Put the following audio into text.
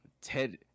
ted